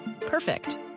Perfect